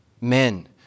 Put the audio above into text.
men